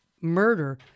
murder